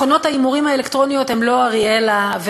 מכונות ההימורים האלקטרוניות הן לא אראלה,